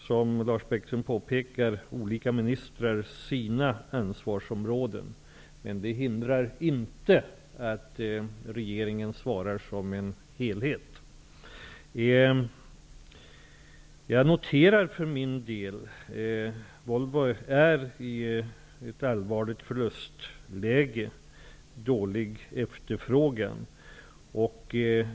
Som Lars Bäckström påpekar, har olika ministrar sina ansvarsområden, men det hindrar inte att regeringen svarar som en helhet. Jag noterar för min del att Volvo är i ett allvarligt förlustläge, beroende på dålig efterfrågan.